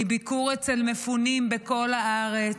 מביקור אצל מפונים בכל הארץ,